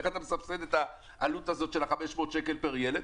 אבל איך מסבסדים את העלות של 500 שקל פר ילד?